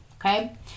okay